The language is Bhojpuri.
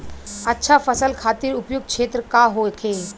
अच्छा फसल खातिर उपयुक्त क्षेत्र का होखे?